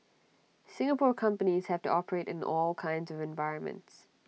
Singapore companies have to operate in all kinds of environments